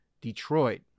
Detroit